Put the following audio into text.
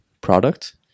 product